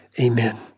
amen